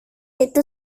itu